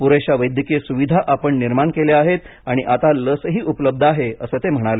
पुरेशा वैद्यकीय सुविधा आपण निर्माण केल्या आहेत आणि आता लसही उपलब्ध आहे असं ते म्हणाले